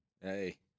Hey